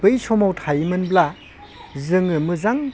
बै समाव थायोमोनब्ला जोङो मोजां